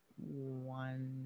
one